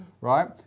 right